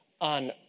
On